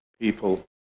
people